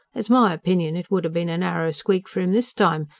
it's my opinion it would ha' been a narrow squeak for him this time,